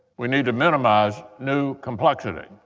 we need to minimize new complexity.